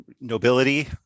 nobility